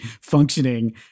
functioning